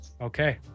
Okay